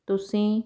ਤੁਸੀਂ